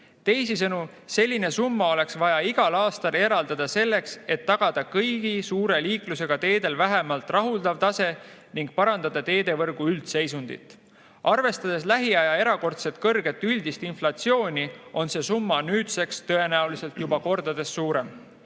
Teisisõnu, selline summa oleks vaja igal aastal eraldada selleks, et tagada kõigil suure liiklusega teedel vähemalt rahuldav tase ning parandada teevõrgu üldseisundit. Arvestades lähiaja erakordselt kõrget üldist inflatsiooni, on see summa nüüdseks tõenäoliselt juba kordades suurem.